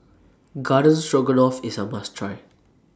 Garden Stroganoff IS A must Try